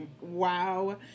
Wow